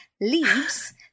Leaves